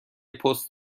پست